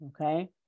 okay